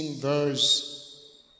verse